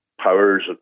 powers